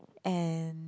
and